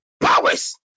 powers